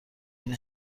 این